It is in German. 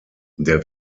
der